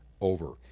over